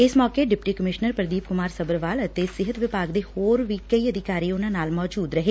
ਇਸ ਮੌਕੇ deputy commissioner Pradeep Kumar Sabharwal ਅਤੇ ਸਿਹਤ ਵਿਭਾਗ ਦੇ ਹੋਰ ਕਈ ਅਧਿਕਾਰੀ ਉਨੂਾਂ ਨਾਲ ਮੌਜੁਦ ਰਹੇ